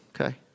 Okay